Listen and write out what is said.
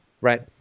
right